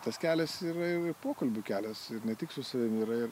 tas kelias yra jau ir pokalbių kelias ne tik su savimi yra